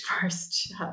first